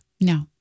No